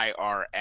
IRS